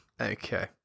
okay